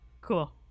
Cool